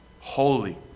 holy